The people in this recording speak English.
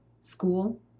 school